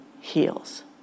heals